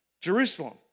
Jerusalem